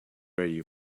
radio